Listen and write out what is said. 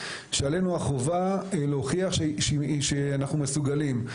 שעלינו החובה להוכיח שאנחנו מסוגלים.